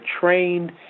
trained